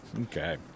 Okay